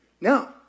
No